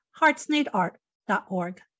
heartsneedart.org